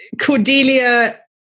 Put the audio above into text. Cordelia